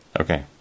Okay